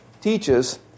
teaches